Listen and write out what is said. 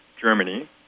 germany